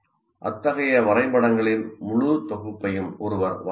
அத்தகைய வரைபடங்களின் முழு தொகுப்பையும் ஒருவர் வரையலாம்